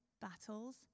battles